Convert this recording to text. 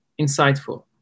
insightful